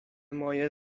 moje